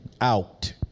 out